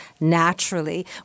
naturally